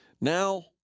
Now